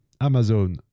Amazon